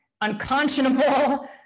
unconscionable